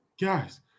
Guys